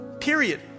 Period